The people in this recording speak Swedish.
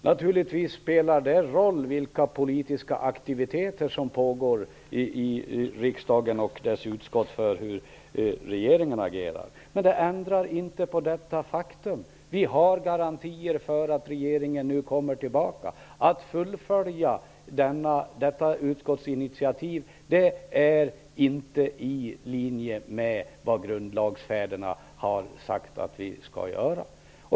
Herr talman! Naturligtvis spelar det roll vilka politiska aktiviteter som pågår i riksdagen och dess utskott för hur regeringen agerar. Men det ändrar inte på detta faktum: Vi har garantier för att regeringen nu kommer tillbaka. Att fullfölja detta utskottsinitiativ är inte i linje med vad grundlagsfäderna har sagt att vi skall göra.